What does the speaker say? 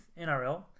NRL